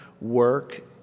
work